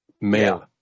male